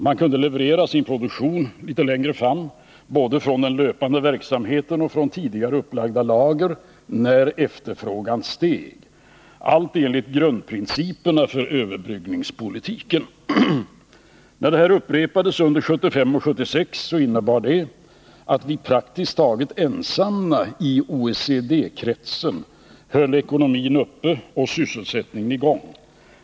Man kunde leverera sin produktion litet längre fram, både från den löpande verksamheten och från tidigare upplagda lager, när efterfrågan steg — allt enligt grundprinciperna för överbryggningspolitiken. När detta upprepades under 1975 och 1976 innebar det att vi praktiskt taget ensamma i OECD-kretsen höll ekonomin uppe och sysselsättningen i gång.